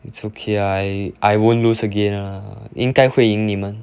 it's okay I I won't lose again uh 应该会赢你们